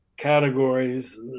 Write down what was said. categories